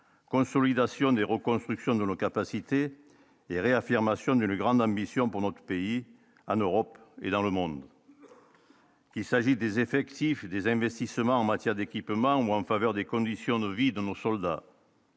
consolidation des reconstructions de l'capacité et réaffirmation de la grande ambition pour notre pays en Europe et dans le monde, il s'agit des effectifs et des investissements en matière d'équipement ou en faveur des conditions de vie de nos soldats.